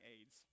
aids